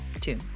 two